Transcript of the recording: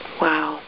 Wow